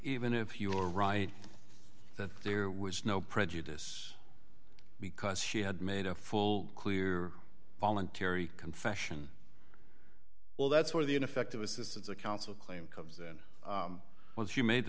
even if you were right that there was no prejudice because she had made a full clear voluntary confession well that's where the ineffective assistance of counsel claim comes in once you made